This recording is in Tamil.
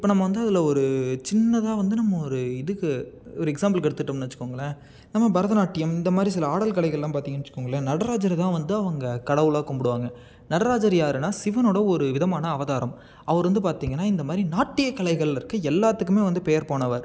இப்போ நம்ம வந்து அதில் ஒரு சின்னதாக வந்து நம்ம ஒரு இதுக்கு ஒரு எக்ஸ்சாம்பலுக்கு எடுத்துக்கிட்டோம்னு வச்சுக்கோங்களேன் நம்ம பரதநாட்டியம் இந்தமாதிரி சில ஆடல் கலைகள்லாம் பார்த்திங்கனா வச்சுக்கோங்களேன் நடராஜர்தான் வந்து அவங்க கடவுளாக கும்பிடுவாங்க நடராஜர் யாருன்னா சிவனோட ஒரு விதமான அவதாரம் அவர் வந்து பார்த்திங்கனா இந்தமாதிரி நாட்டிய கலைகளில் இருக்க எல்லாத்துக்கும் வந்து பேர் போனவர்